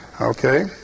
Okay